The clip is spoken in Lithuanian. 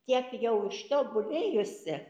tiek jau ištobulėjusi